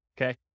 okay